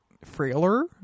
frailer